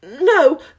no